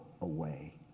away